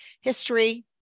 history